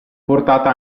portata